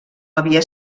havia